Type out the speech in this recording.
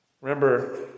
Remember